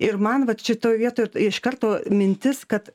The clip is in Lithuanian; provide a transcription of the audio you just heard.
ir man vat šitoj vietoj iš karto mintis kad